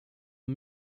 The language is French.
aux